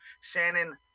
shannon